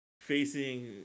facing